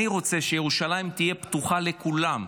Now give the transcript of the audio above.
אני רוצה שירושלים תהיה פתוחה לכולם.